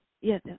Yes